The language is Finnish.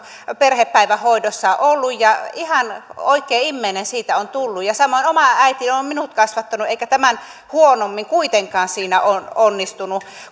perhepäivähoidossa ollut ja ihan oikea immeinen siitä on tullut ja samoin oma äitini on on minut kasvattanut eikä tämän huonommin kuitenkaan siinä onnistunut